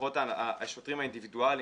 שמעתי את תת ניצב עופר שומר אתמול מתראיין